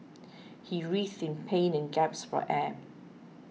he writhed in pain and gasped for air